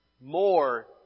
more